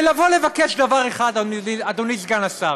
ולבוא לבקש דבר אחד, אדוני סגן השר,